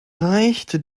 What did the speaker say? reichte